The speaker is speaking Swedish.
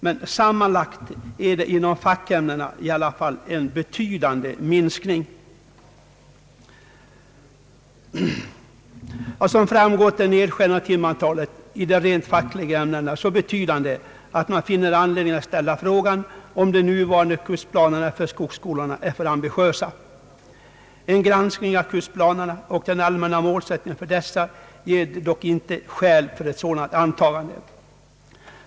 Men sammanlagt är det i alla fall inom fackämnena en betydande minskning av undervisningstiden. Som framgått är nedskärningen av timantalet i de rent fackliga ämnena så betydande att man finner anledning att ställa frågan, om de nuvarande kursplanerna för skogsskolorna är alltför ambitiösa. En granskning av kursplanerna och den allmänna målsättningen för dessa ger dock inte skäl för ett sådant antagande.